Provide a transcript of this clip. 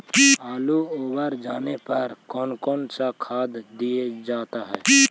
आलू ओवर जाने में कौन कौन सा खाद दिया जाता है?